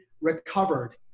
recovered